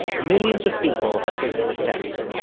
millions of people have taken this test.